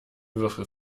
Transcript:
würfel